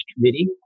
committee